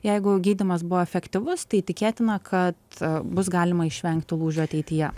jeigu gydymas buvo efektyvus tai tikėtina kad bus galima išvengti lūžių ateityje